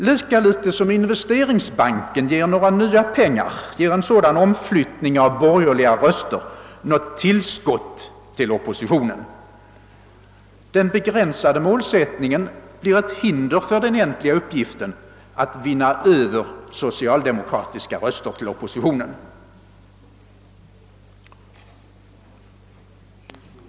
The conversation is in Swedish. Lika litet som investeringsbanken ger några nya pengar ger en sådan omflyttning av borgerliga röster något tillskott till oppositionen. Den begränsade målsättningen blir ett hinder för den egentliga uppgiften att vinna över socialdemokratiska röster till oppositionen.